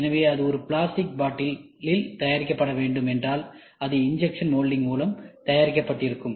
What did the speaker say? எனவே அது ஒரு பிளாஸ்டிக் பாட்டில் தயாரிக்கப்பட வேண்டும் என்றால் அது இன்ஜெக்ஷன் மோல்டிங் மூலம் தயாரிக்கப்பட்டிருக்கும்